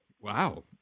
Wow